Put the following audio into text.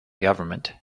government